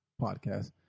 podcast